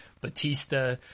Batista